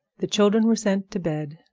the children were sent to bed.